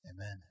Amen